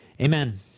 Amen